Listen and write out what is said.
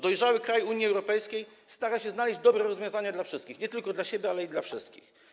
Dojrzały kraj Unii Europejskiej stara się znaleźć dobre rozwiązania dla wszystkich - nie tylko dla siebie, ale i dla wszystkich.